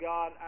God